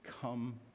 come